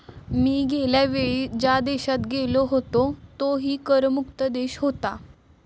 मी गेल्या वेळी ज्या देशात गेलो होतो तोही कर मुक्त देश होता